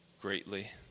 greatly